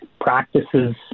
practices